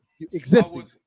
Existing